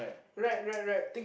right right right